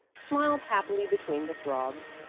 smiled happily between the throbs.